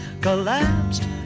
collapsed